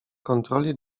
kontroli